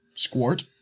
Squirt